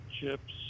chips